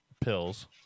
pills